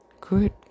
Good